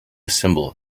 symbol